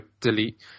delete